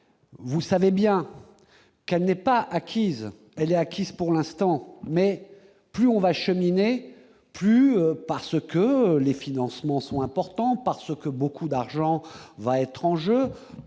vous savez bien qu'elle n'est pas acquise, elle est acquise pour l'instant, mais plus on va acheminer plus parce que les financements sont importants parce que beaucoup d'argent va jeu